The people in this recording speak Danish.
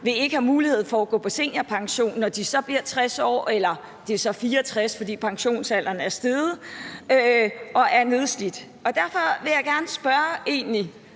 vil ikke have mulighed for at gå på seniorpension, når de så bliver 60 år – eller det er så 64 år, fordi pensionsalderen er steget – og er nedslidt. Derfor vil jeg egentlig